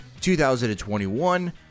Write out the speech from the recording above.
2021